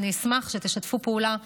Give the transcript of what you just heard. אני אשמח שתשתפו פעולה ותביאו,